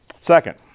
Second